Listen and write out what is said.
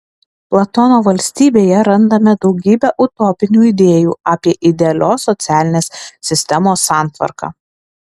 platono valstybėje randame daugybę utopinių idėjų apie idealios socialinės sistemos santvarką